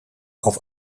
auf